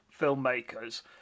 filmmakers